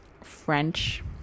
French